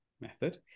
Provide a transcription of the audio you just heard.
Method